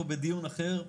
או בדיון אחר,